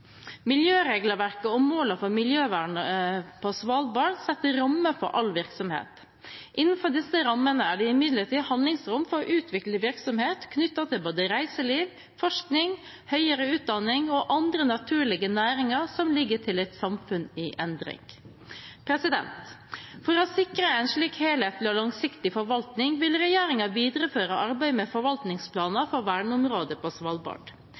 Miljøregelverket og målene for miljøvernet på Svalbard setter rammer for all virksomhet. Innenfor disse rammene er det imidlertid handlingsrom for å utvikle virksomhet knyttet både til reiseliv, forskning, høyere utdanning og andre naturlige næringer som ligger til et samfunn i endring. For å sikre en slik helhetlig og langsiktig forvaltning vil regjeringen videreføre arbeidet med forvaltningsplaner for verneområder på Svalbard.